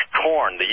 Corn